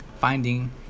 finding